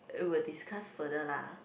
I will discuss further lah